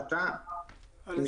היסח דעת?